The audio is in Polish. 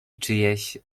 czyjeś